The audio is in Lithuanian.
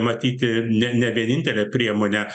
matyti ne ne vienintelę priemonę